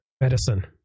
Medicine